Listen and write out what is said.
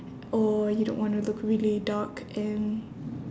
or you don't want to look really dark and